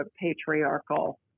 patriarchal